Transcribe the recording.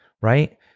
right